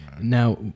Now